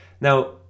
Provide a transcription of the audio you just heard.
now